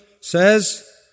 says